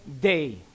day